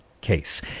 case